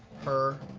her,